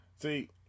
See